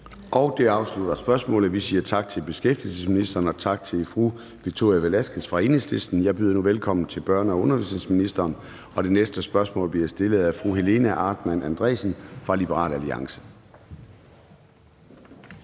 Det afslutter spørgsmålet. Vi siger tak til beskæftigelsesministeren og tak til fru Victoria Velasquez fra Enhedslisten. Jeg byder nu velkommen til børne- og undervisningsministeren, og det næste spørgsmål bliver stillet af fru Helena Artmann Andresen fra Liberal Alliance.